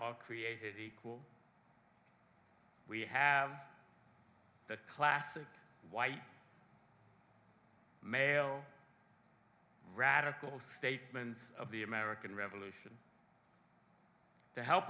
are created equal we have the classic white male radical statesman of the american revolution to help